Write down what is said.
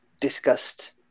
discussed